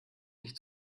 nicht